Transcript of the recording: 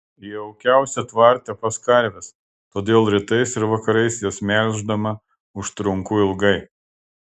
jaukiausia tvarte pas karves todėl rytais ir vakarais jas melždama užtrunku ilgai